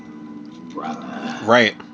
Right